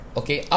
okay